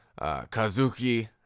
Kazuki